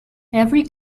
every